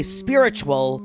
spiritual